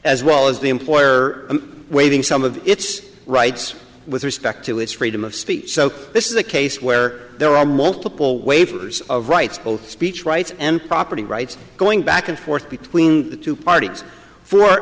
as well as the employer waiving some of its rights with respect to its freedom of speech so this is a case where there are multiple waivers of rights both speech rights and property rights going back and forth between two parties for